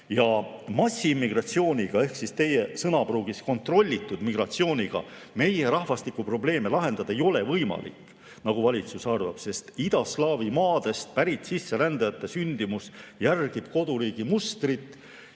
Massiimmigratsiooniga ehk siis teie sõnapruugis "kontrollitud migratsiooniga" meie rahvastikuprobleeme lahendada ei ole võimalik, nagu valitsus arvab, sest idaslaavi maadest pärit sisserändajate sündimus järgib koduriigi mustrit